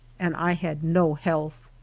and i had no health.